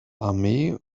armee